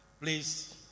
Please